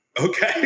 Okay